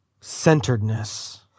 centeredness